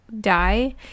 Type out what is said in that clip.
die